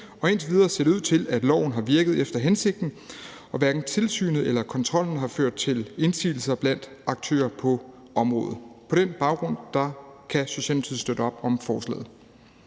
Indtil videre ser det ud til, at loven har virket efter hensigten, og hverken tilsynet eller kontrollen har ført til indsigelser blandt aktører på området. På den baggrund kan Socialdemokratiet støtte op om forslaget.